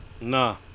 Nah